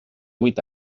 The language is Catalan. vuit